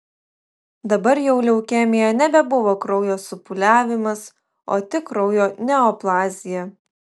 dabar jau leukemija nebebuvo kraujo supūliavimas o tik kraujo neoplazija